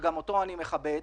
שגם אותו אני מכבד,